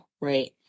Right